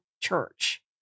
church